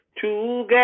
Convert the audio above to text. together